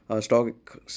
stock